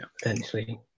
potentially